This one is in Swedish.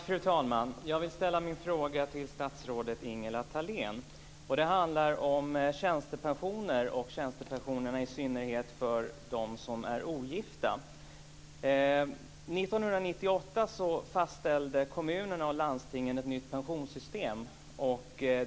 Fru talman! Jag vill ställa en fråga till statsrådet Ingela Thalén. Den handlar om tjänstepensioner och i synnerhet om tjänstepensionerna för dem som är ogifta. År 1998 fastställde kommunerna och landstingen ett nytt pensionssystem.